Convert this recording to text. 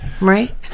Right